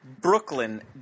Brooklyn